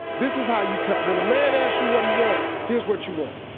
this is how you tell, when a man asks you what you want, here's what you want.